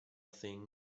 thing